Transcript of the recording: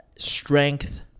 Strength